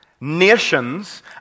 nations